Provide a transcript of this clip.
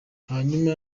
hanyuma